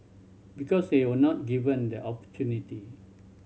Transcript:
because they were not given the opportunity